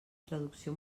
traducció